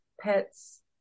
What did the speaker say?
pets